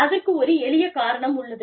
அதற்கு ஒரு எளிய காரணம் உள்ளது